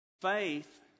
Faith